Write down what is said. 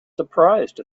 surprised